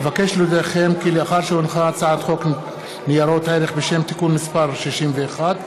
אבקש להודיעכם כי לאחר שהונחה הצעת חוק ניירות ערך בשם תיקון מס' 61,